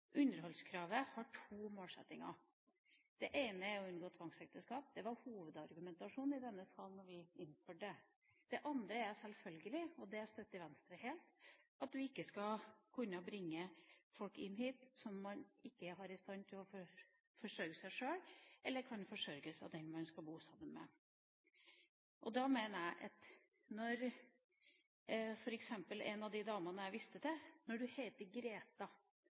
Underholdskravet har to målsettinger. Det ene er å unngå tvangsekteskap, og det var hovedargumentasjonen i denne sal da vi innførte regelverket. Det andre er selvfølgelig – og det støtter Venstre helt – at du ikke skal kunne bringe folk hit som ikke er i stand til å forsørge seg sjøl eller kan bli forsørget av den man skal bo sammen med. Jeg mener at når du heter Greta, er fra Trøndelag og er 52 år, slik som en av de damene jeg viste til,